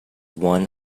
one